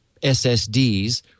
SSDs